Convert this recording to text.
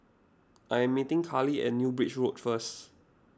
I am meeting Carlie at New Bridge Road first